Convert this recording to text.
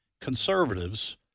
conservatives